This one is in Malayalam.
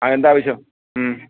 ആ എന്താണ് ആവശ്യം